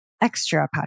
extra